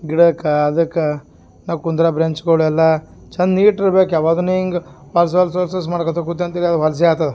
ಗಿಡಕ್ಕೆ ಅದಕ್ಕೆ ನಾವು ಕುಂದ್ರ ಬ್ರಾಂಚ್ಗುಳೆಲ್ಲ ಚಂದ ನೀಟ್ ಇರ್ಬೇಕು ಯಾವಾಗ್ನು ಹಿಂಗೆ ಹೊಲ್ಸಸಸಸ್ ಮಾಡ್ಕೋತ ಕುತಂತಿರ ಅದು ಹೊಲಸೇ ಆತದೆ